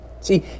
See